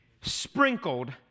sprinkled